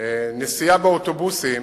נסיעה באוטובוסים